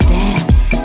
dance